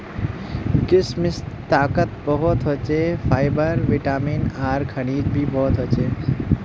किशमिशत ताकत बहुत ह छे, फाइबर, विटामिन आर खनिज भी बहुत ह छे